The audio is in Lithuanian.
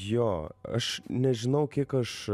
jo aš nežinau kiek aš